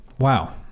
wow